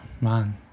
man